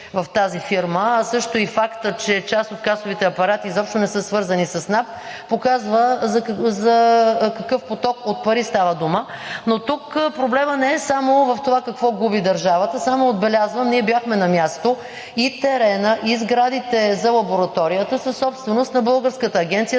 в тази фирма, а също и фактът, че част от касовите апарати изобщо не са свързани с НАП, показва за какъв поток от пари става дума. Тук проблемът не е само в това какво губи държавата. Само отбелязвам, че ние бяхме на място и теренът, и сградите за лабораторията са собственост на Българската агенция